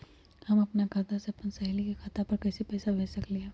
हम अपना खाता से अपन सहेली के खाता पर कइसे पैसा भेज सकली ह?